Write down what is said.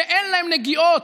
שאין להם נגיעות.